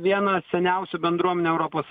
viena seniausių bendruomenių europos